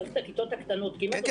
צריך את הכיתות הקטנות --- כן,